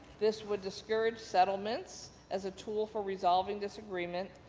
this would discourage settlement as a tool for resolving disagreement,